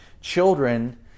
children